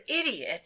idiot